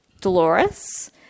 Dolores